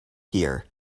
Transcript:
here